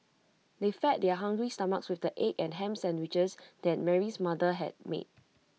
they fed their hungry stomachs with the egg and Ham Sandwiches that Mary's mother had made